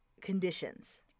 conditions